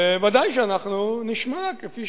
וודאי שאנחנו נשמע, כפי